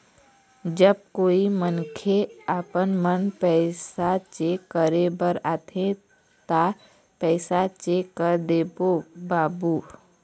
जब कोई मनखे आपमन पैसा चेक करे बर आथे ता पैसा चेक कर देबो बाबू?